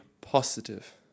positive